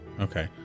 okay